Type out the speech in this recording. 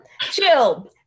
Chill